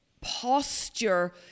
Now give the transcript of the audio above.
posture